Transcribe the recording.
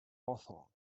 hawthorne